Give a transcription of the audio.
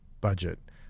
budget